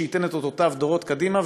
שייתן את אותותיו דורות קדימה,